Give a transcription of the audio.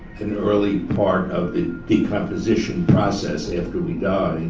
an early part of the decomposition process after we die